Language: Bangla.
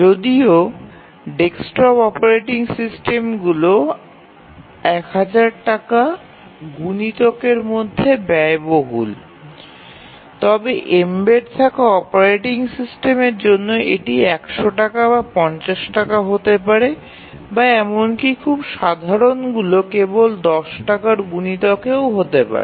যদিও ডেস্কটপ অপারেটিং সিস্টেমগুলি ১০০০ টাকার গুণিতকের মতো ব্যয়বহুল তবে এম্বেড থাকা অপারেটিং সিস্টেমের জন্য এটি ১০০ টাকা বা ৫০ টাকা হতে পারে বা এমনকি খুব সাধারণগুলি কেবল ১০ টাকার গুণিতকে হতে পারে